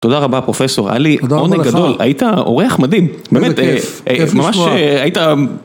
תודה רבה פרופסור, היה לי עונג גדול, היית אורח מדהים, באמת, ממש היית